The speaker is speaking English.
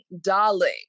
darling